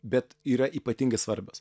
bet yra ypatingai svarbios